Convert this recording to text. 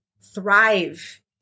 thrive